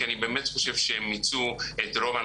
כי עשר זה לא הרבה